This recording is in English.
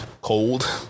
Cold